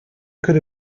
could